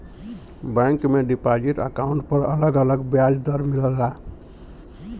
bank में deposit account पर अलग अलग ब्याज दर मिलला